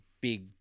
big